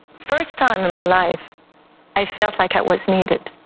first time in my life i felt like i was needed.